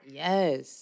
yes